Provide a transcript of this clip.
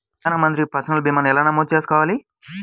ప్రధాన మంత్రి పసల్ భీమాను ఎలా నమోదు చేసుకోవాలి?